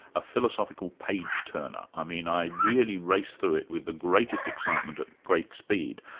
a philosophical page-turner. i mean, i really raced through it with the greatest excitement at great speed.